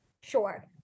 sure